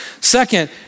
Second